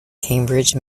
cambridge